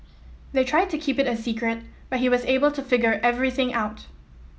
they tried to keep it a secret but he was able to figure everything out